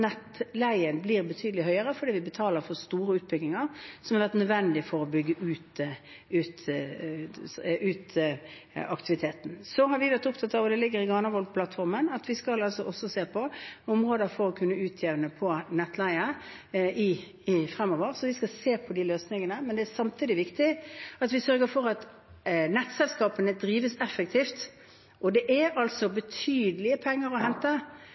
nettleien blir betydelig høyere, fordi vi betaler for store utbygginger som har vært nødvendige for å bygge ut aktiviteten. Vi har vært opptatt av, og det ligger i Granavolden-plattformen, at vi også skal se på områder for å kunne utjevne med tanke på nettleie framover. Vi skal se på de løsningene, men samtidig er det viktig at vi sørger for at nettselskapene drives effektivt, og det er betydelige penger å hente